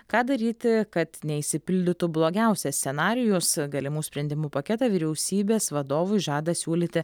ką daryti kad neišsipildytų blogiausias scenarijus galimų sprendimų paketą vyriausybės vadovui žada siūlyti